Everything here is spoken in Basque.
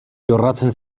jorratzen